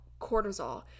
cortisol